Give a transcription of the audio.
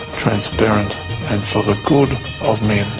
transparent, and for the good of men,